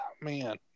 man